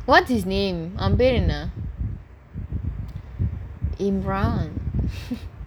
அவன் பேரு என்ன:avan peru enna imran